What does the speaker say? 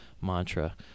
mantra